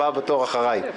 הבא בתור אחריי.